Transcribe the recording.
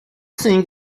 thing